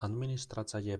administratzaile